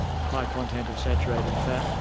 high content of saturated fat,